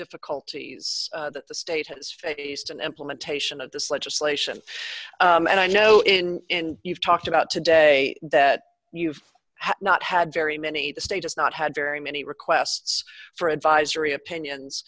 difficulties that the state has faced an implementation of this legislation and i know in you've talked about today that you've not had very many the state has not had very many requests for advisory opinions